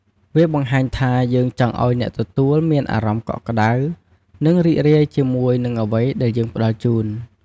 វាបង្ហាញថា យើងចង់ឱ្យអ្នកទទួលមានអារម្មណ៍កក់ក្តៅ និងរីករាយជាមួយនឹងអ្វីដែលយើងផ្តល់ជូន។